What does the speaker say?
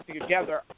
together